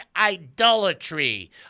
idolatry